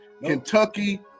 Kentucky